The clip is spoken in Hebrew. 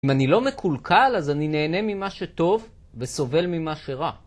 אם אני לא מקולקל אז אני נהנה ממה שטוב וסובל ממה שרע.